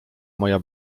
moja